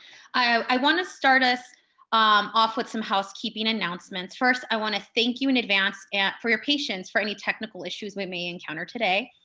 i wanna start us off with some housekeeping announcements. first, i wanna thank you in advance for your patience for any technical issues we may encounter today.